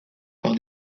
par